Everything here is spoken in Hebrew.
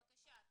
בבקשה, את